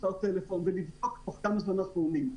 טלפון ולבדוק תוך כמה זמן אנחנו עונים.